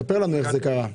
ספר לנו איך זה קרה.